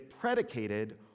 predicated